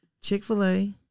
chick-fil-a